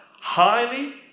Highly